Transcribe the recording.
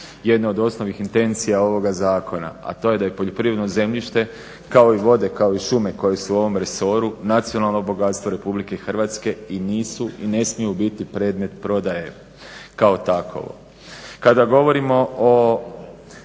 jedne od osnovnih intencija ovoga zakona, a to je da je poljoprivredno zemljište kao i vode, kao i šume koje su u ovom resoru nacionalno bogatstvo Republike Hrvatske i ne smiju biti predmet prodaje kao takovo. Kada govorimo o